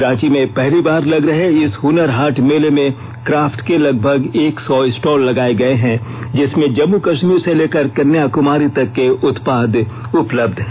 रांची में पहली बार लग रहे इस हूनर हाट मेले में काफ्ट के लगभग एक सौ स्टॉल लगाये गए हैं जिसमें जम्मू कश्मीर से लेकर कन्याकुमारी तक के उत्पाद उपलब्ध हैं